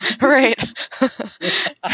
Right